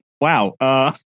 wow